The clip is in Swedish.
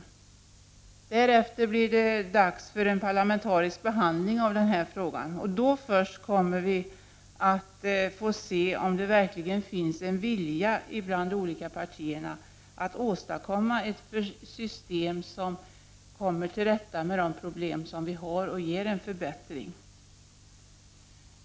Därefter blir det dags för en parlamentarisk behandling av frågan, och då först kommer det att visa sig om det verkligen finns en vilja bland de olika partierna att åstadkomma ett system, som gör att man kommer till rätta med problemen och som ger en förbättring.